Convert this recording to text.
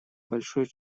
большое